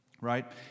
Right